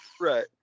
Right